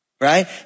Right